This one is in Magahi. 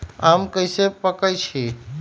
आम कईसे पकईछी?